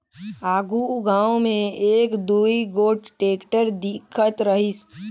आघु गाँव मे एक दुई गोट टेक्टर दिखत रहिस